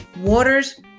Waters